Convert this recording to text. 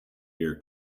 year